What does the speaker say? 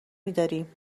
میداریم